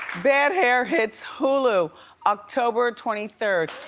bad hair hits hulu october twenty third.